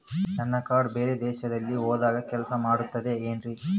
ನನ್ನ ಕಾರ್ಡ್ಸ್ ಬೇರೆ ದೇಶದಲ್ಲಿ ಹೋದಾಗ ಕೆಲಸ ಮಾಡುತ್ತದೆ ಏನ್ರಿ?